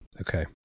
Okay